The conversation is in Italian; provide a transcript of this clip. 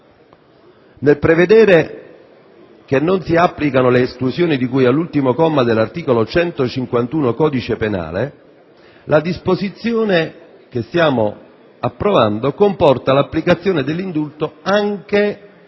Nel prevedere che non si applicano le esclusioni di cui all'ultimo comma dell'articolo 151 del codice penale, la disposizione che stiamo per approvare comporta l'applicazione dell'indulto anche